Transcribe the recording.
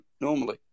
normally